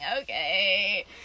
okay